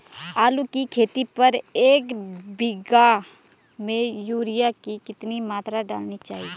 आलू की खेती पर एक बीघा में यूरिया की कितनी मात्रा डालनी चाहिए?